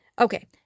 Okay